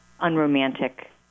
unromantic